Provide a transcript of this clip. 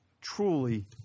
truly